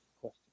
Question